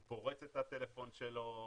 הוא פורץ את הטלפון שלו,